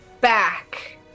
back